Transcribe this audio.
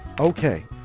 Okay